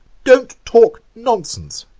don't talk nonsense,